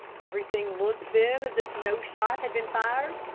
everything looked, then, as if no shot had been fired?